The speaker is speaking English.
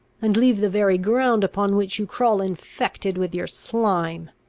and leave the very ground upon which you crawl infected with your slime.